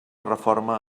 reforma